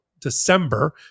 December